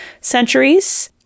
centuries